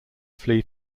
flee